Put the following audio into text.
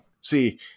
see